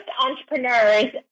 entrepreneurs